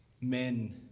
men